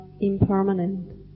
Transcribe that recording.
impermanent